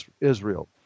Israel